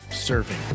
serving